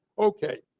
okay,